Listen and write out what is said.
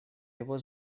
его